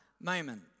moment